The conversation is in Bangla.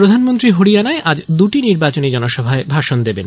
প্রধানমন্ত্রী হরিয়ানায় আজ দুটি নির্বাচনী জনসভায় ভাষণ দেবেন